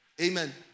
Amen